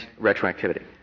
retroactivity